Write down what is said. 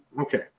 okay